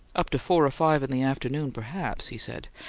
up to four or five in the afternoon, perhaps, he said.